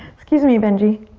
excuse me, benji.